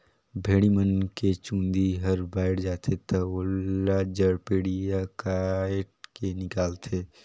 भेड़ी मन के चूंदी हर बायड जाथे त ओला जड़पेडिया कायट के निकालथे